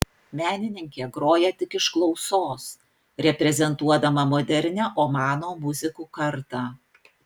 menininkė groja tik iš klausos reprezentuodama modernią omano muzikų kartą